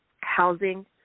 housing